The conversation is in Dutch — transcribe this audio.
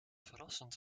verrassend